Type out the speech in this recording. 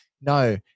no